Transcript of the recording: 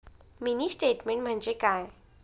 Mini statement म्हणजे काय?